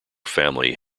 family